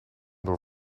door